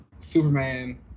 Superman